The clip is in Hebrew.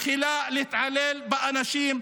מתחילה להתעלל באנשים,